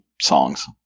songs